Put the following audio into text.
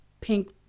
pink